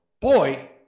boy